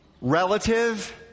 relative